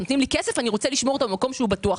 נותנים לי כסף אני רוצה לשמור אותו במקום בטוח.